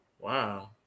Wow